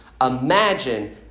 Imagine